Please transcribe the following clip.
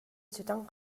сүтэн